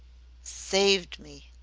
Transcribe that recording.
saved me!